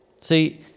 See